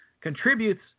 contributes